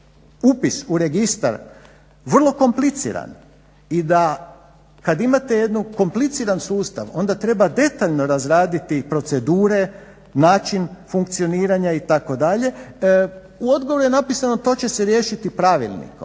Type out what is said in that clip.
upis u registar vrlo kompliciran i da kad imate jednu kompliciran sustav onda treba detaljno razraditi procedure, način funkcioniranja itd. U odgovoru je napisano to će se riješiti Pravilnikom.